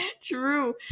true